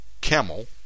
camel